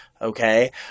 Okay